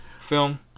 film